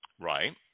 Right